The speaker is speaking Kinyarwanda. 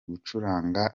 gucuranga